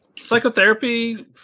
Psychotherapy